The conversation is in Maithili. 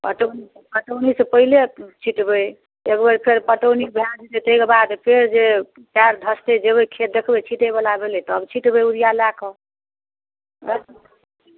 पटौनी पटौनी सँ पहिले छिटबै एक फेर पटौनी भय जेतै तकर बाद फेर जे पएर धँसतै जेबै खेत देखबै छींटे बला भेलै तब छिटबै यूरिया लै के